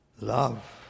Love